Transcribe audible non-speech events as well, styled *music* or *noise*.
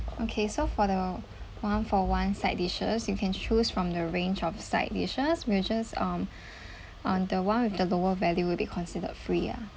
okay so for the one-for-one side dishes you can choose from the range of side dishes which is um *breath* um the one with the lower value will be considered free ah